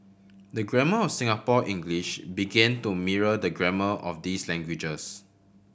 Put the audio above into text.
the grammar of Singapore English began to mirror the grammar of these languages